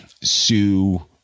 sue